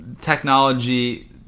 technology